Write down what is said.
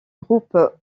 groupe